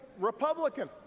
Republican